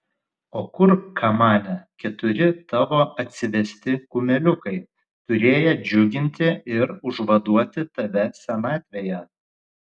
o kur kamane keturi tavo atsivesti kumeliukai turėję džiuginti ir užvaduoti tave senatvėje